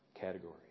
category